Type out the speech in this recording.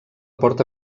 porta